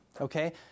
okay